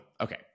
Okay